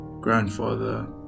grandfather